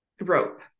rope